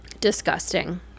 Disgusting